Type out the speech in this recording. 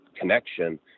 connection